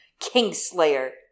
Kingslayer